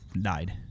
died